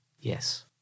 Yes